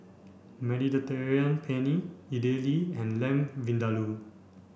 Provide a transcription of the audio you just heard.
Mediterranean Penne Idili and Lamb Vindaloo